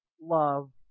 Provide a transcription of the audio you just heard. love